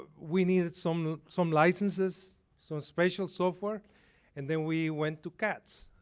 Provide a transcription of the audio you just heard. we needed some some licenses, some special software and then we went to cats.